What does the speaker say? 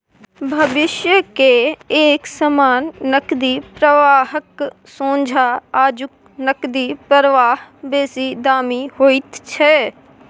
भविष्य के एक समान नकदी प्रवाहक सोंझा आजुक नकदी प्रवाह बेसी दामी होइत छै